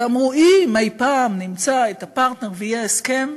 ואמרו: אם אי-פעם נמצא את הפרטנר ויהיה הסכם,